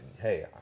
hey